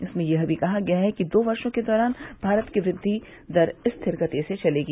इसमें यह भी कहा गया है कि दो वर्षो के दौरान भारत की वृद्वि दर स्थिर गति से चलेगी